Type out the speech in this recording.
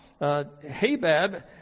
Habab